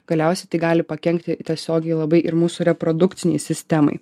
galiausiai tai gali pakenkti tiesiogiai labai ir mūsų reprodukcinei sistemai